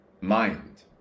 mind